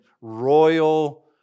royal